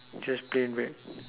just plain red